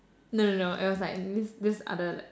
no no no it was like this this other like